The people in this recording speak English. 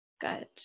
Good